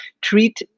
treat